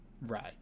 Right